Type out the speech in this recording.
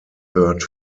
third